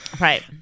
Right